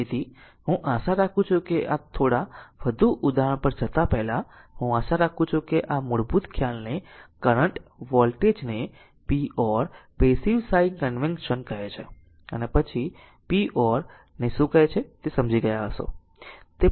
તેથી હું આશા રાખું છું કે આ થોડા વધુ ઉદાહરણ પર જતા પહેલા હું આશા રાખું છું કે આ મૂળભૂત ખ્યાલને કરંટ વોલ્ટેજ ને p or passive sign convention કહે છે અને પછી p or તે ક callલને શું કહે છે તે સમજી ગયા હશે